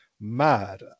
mad